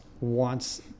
wants